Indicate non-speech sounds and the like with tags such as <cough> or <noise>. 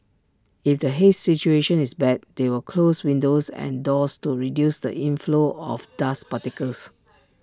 if the haze situation is bad they will close windows and doors to reduce the inflow of dust particles <noise>